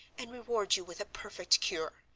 and reward you with a perfect cure.